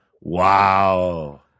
Wow